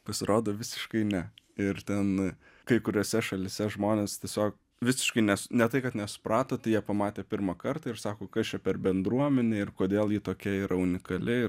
pasirodo visiškai ne ir ten kai kuriose šalyse žmonės tiesiog visiškai nes ne tai kad nesuprato tai jie pamatė pirmą kartą ir sako kas čia per bendruomenė ir kodėl ji tokia yra unikali